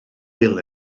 wil